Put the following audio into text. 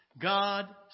God